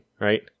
right